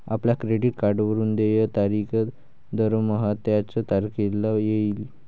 आपल्या क्रेडिट कार्डवरून देय तारीख दरमहा त्याच तारखेला येईल